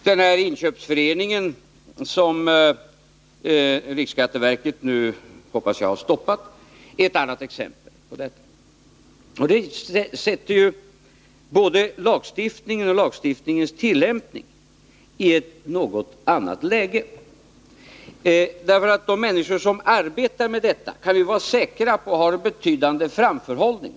Den inköpsförening som riksskatteverket nu, hoppas jag, har stoppat är ett annat exempel på detta. Dessa förhållanden försätter både lagstiftningen och lagstiftningens tillämpningi ett något annat läge. De människor som arbetar med detta har — det kan vi vara säkra på — en betydande framförhållning.